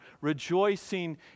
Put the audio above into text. rejoicing